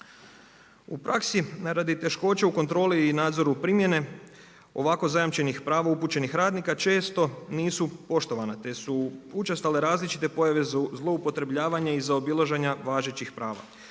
U praksi radi teškoće u kontroli i nadzoru primjene, ovako zajamčenih prava upućenih radnika često nisu poštovana, te su učestale različite pojave zloupotrebljavanja i zaobilaženja važećih prava.